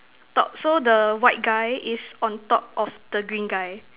top so the white guy is on top of the green guy